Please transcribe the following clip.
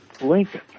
Lincoln